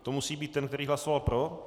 To musí být ten, který hlasoval pro.